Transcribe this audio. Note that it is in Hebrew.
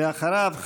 ואחריו,